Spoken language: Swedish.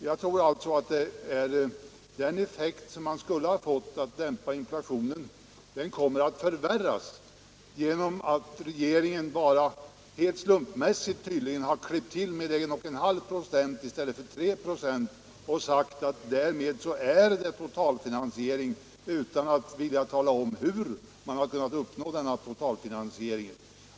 Jag tror alltså att den effekt som man skulle ha fått av att dämpa inflationen kommer att förvärras genom att regeringen, helt slumpmässigt tydligen, bara har klippt till med 11/2 96 i stället för 3 96 och därmed talar om totalfinansiering — utan att vilja tala om hur man har kunnat uppnå denna totalfinansiering.